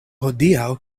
hodiaŭ